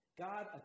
God